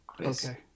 Okay